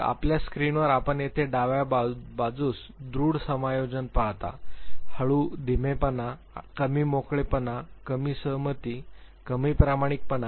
तर आपल्या स्क्रीनवर आपण येथे डाव्या बाजूस दृढ समायोजन पाहता हळू धीमेपणा कमी मोकळेपणा कमी सहमती आणि कमी प्रामाणिकपणा